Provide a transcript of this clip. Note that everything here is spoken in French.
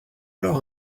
alors